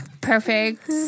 perfect